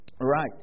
Right